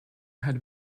had